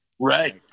Right